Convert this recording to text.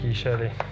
Shirley